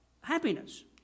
happiness